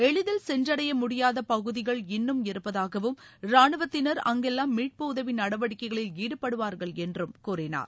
எளிதில் சென்றடைய முடியாத பகுதிகள் இன்னும் இருப்பதாகவும் ராணுவத்தினர் அஙகெல்லாம் மீட்பு உதவி நடவடிக்கைளில் ஈடுபடுவார்கள் என்றும் கூறினார்